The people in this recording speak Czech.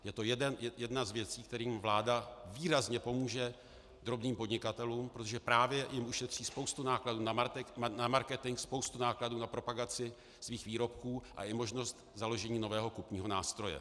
Je to jedna z věcí, kterou vláda výrazně pomůže drobným podnikatelům, protože právě jim ušetří spoustu nákladů na marketing, spoustu nákladů na propagaci svých výrobků a je tu možnost založení nového kupního nástroje.